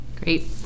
Great